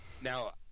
Now